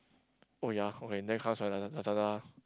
oh ya okay then comes my Laza~ Lazada